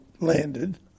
landed